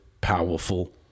powerful